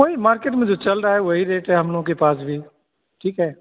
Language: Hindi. वही मार्केट में जो चल रहा है वही रेट है हम लोगों के पास भी ठीक है